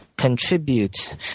Contribute